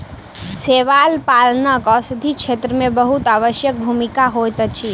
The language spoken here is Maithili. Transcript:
शैवाल पालनक औषधि क्षेत्र में बहुत आवश्यक भूमिका होइत अछि